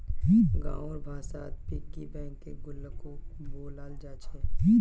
गाँउर भाषात पिग्गी बैंकक गुल्लको बोलाल जा छेक